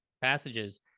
passages